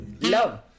love